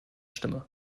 stimme